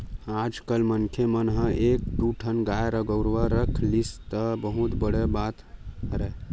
आजकल मनखे मन ह एक दू ठन गाय गरुवा रख लिस त बहुत बड़ बात हरय